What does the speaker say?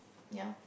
yeah